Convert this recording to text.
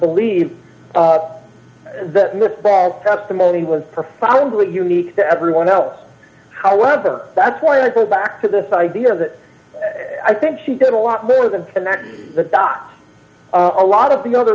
believe that miss ball's testimony was profoundly unique to everyone else however that's why i go back to this idea that i think she did a lot more than connect the dots a lot of the other